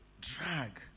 Drag